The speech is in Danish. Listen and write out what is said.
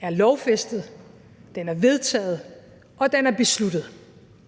er lovfæstet, den er vedtaget, og den er besluttet